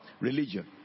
religion